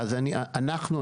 אז אנחנו,